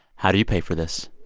how do you pay for this,